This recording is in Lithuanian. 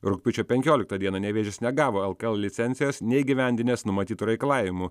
rugpjūčio penkioliktą dieną nevėžis negavo lkl licencijos neįgyvendinęs numatytų reikalavimų